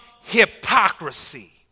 hypocrisy